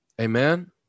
Amen